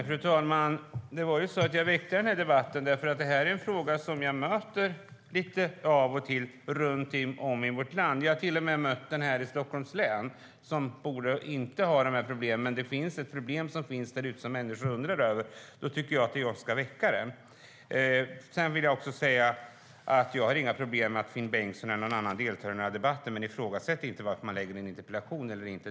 Fru talman! Jag ställde den här interpellationen eftersom det här är en fråga som jag möter lite av och till runt om i vårt land. Jag har till och med mött den här i Stockholms län som inte borde ha de här problemen. Men det finns ett problem som människor undrar över, och då tycker jag att vi ska ta upp det. Sedan vill jag säga att jag inte har några problem med att Finn Bengtsson eller någon annan deltar i den här debatten. Men ifrågasätt inte varför man ställer en interpellation eller inte!